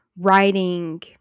writing